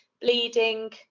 bleeding